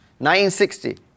1960